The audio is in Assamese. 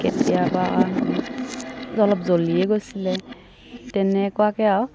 কেতিয়াবা অলপ জ্বলিয়ে গৈছিলে তেনেকুৱাকে আৰু